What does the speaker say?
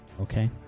Okay